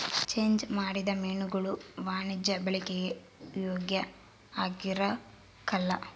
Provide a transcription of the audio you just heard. change ಮಾಡಿದ ಮೀನುಗುಳು ವಾಣಿಜ್ಯ ಬಳಿಕೆಗೆ ಯೋಗ್ಯ ಆಗಿರಕಲ್ಲ